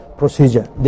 procedure